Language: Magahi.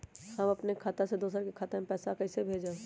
हम अपने खाता से दोसर के खाता में पैसा कइसे भेजबै?